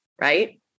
Right